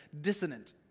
dissonant